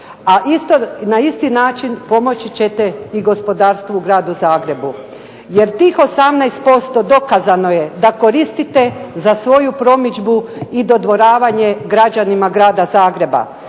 a na isti način pomoći ćete i gospodarstvu u gradu Zagrebu. Jer tih 18% dokazano je da koristite za svoju promidžbu i dodvoravanje građanima grada Zagreba.